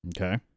Okay